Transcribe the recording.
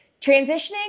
transitioning